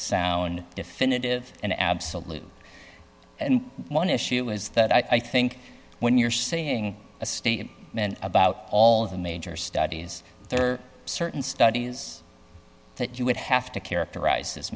sound definitive and absolute and one issue is that i think when you're seeing a state and about all of the major studies there are certain studies that you would have to characterize as